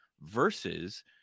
versus